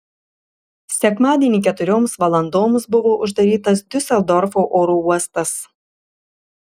sekmadienį keturioms valandoms buvo uždarytas diuseldorfo oro uostas